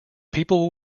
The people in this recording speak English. people